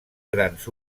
grans